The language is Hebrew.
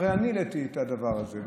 הרי אני העליתי את הדבר הזה,